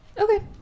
okay